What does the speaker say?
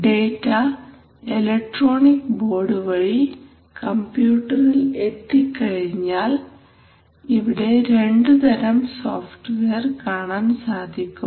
data electronic board വഴി കമ്പ്യൂട്ടറിൽ എത്തിക്കഴിഞ്ഞാൽ ഇവിടെ രണ്ടു തരം സോഫ്റ്റ്വെയർ കാണാൻ സാധിക്കും